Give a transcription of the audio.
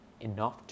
enough